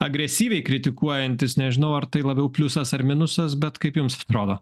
agresyviai kritikuojantis nežinau ar tai labiau pliusas ar minusas bet kaip jums atrodo